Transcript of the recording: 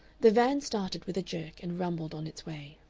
the van started with a jerk and rumbled on its way.